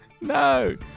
No